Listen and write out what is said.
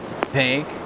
Thank